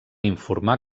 informar